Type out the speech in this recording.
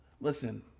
Listen